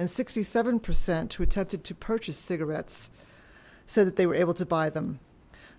and sixty seven percent who attempted to purchase cigarettes so that they were able to buy them